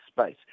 space